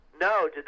no